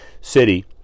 city